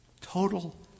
Total